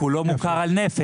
כי הוא לא מוכר על נפש,